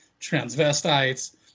transvestites